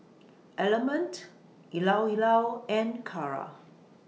Element Llao Llao and Kara